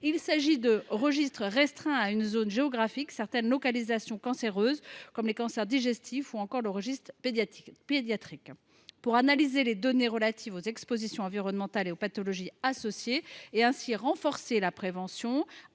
que des registres restreints à une zone géographique ou à certaines localisations cancéreuses, comme les cancers digestifs, ainsi qu’un registre pédiatrique. Pour analyser les données relatives aux expositions environnementales et aux pathologies associées, et ainsi renforcer la prévention,